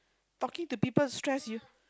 talking to people is stressed you